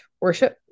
worship